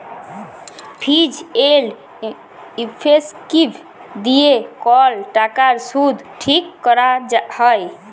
ফিজ এল্ড ইফেক্টিভ দিঁয়ে কল টাকার সুদ ঠিক ক্যরা হ্যয়